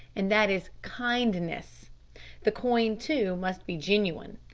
and that is kindness the coin, too, must be genuine.